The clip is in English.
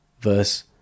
verse